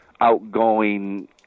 outgoing